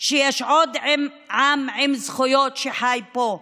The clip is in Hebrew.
שיש עוד עם עם זכויות שחי פה.